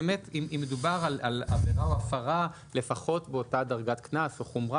אם מדובר על עבירה או הפרה לפחות באותה דרגת קנס או חומר.